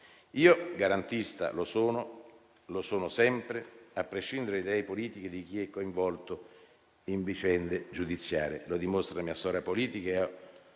Io garantista lo sono, lo sono sempre, a prescindere dalle idee politiche di chi è coinvolto in vicende giudiziarie. Lo dimostra la mia storia politica;